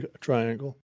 triangle